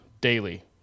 daily